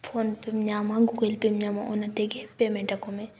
phone ᱯᱮᱢ ᱧᱟᱢᱟ Google ᱯᱮᱢ ᱧᱟᱢᱟ ᱚᱱᱟ ᱛᱮᱜᱮ ᱯᱮᱢᱮᱱᱴ ᱟᱠᱚ ᱢᱮ